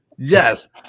Yes